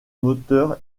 moteur